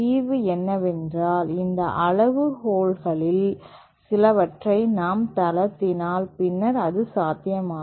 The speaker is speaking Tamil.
தீர்வு என்னவென்றால் இந்த அளவுகோல்களில் சிலவற்றை நாம் தளர்த்தினால் பின்னர் அது சாத்தியமாகும்